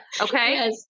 Okay